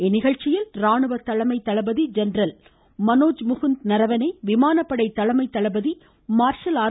இந்நிகழ்ச்சியில் ராணுவ தலைமை தளபதி ஜென்ரல் மனோஜ் முகுந்த் நரவனே விமானப்படை தலைமை தளபதி மார்ஷல் ஆர்